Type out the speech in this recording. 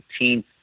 18th